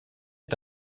est